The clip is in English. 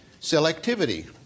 selectivity